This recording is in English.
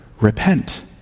repent